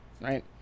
right